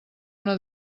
una